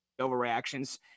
overreactions